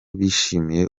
bishimiye